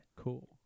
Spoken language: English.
Cool